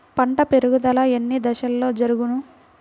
పంట పెరుగుదల ఎన్ని దశలలో జరుగును?